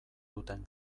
duten